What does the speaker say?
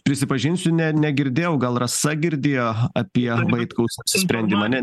prisipažinsiu ne negirdėjau gal rasa girdėjo apie vaitkaus apsisprendimą ne